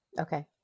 Okay